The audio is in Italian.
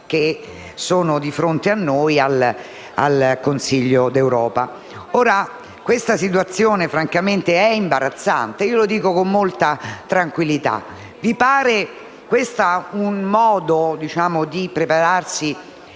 che sono di fronte a noi al Consiglio europeo. Questa situazione francamente è imbarazzante. Lo dico con molta tranquillità: vi pare questo un modo di prepararsi